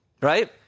Right